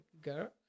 girl